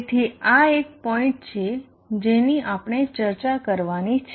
તેથી આ એક પોઇન્ટ છે જેની આપણે ચર્ચા કરવાની જરૂર છે